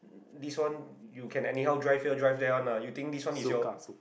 this one you can anyhow drive here drive there [one] ah you think this one is your